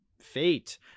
fate